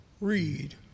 read